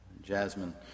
Jasmine